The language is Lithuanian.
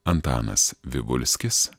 antanas vivulskis